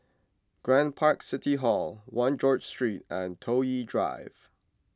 Grand Park City Hall one George Street and Toh Yi Drive